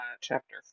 chapter